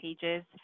pages